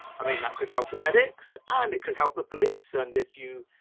i mean, that could help the medics and it could help the police. and if you,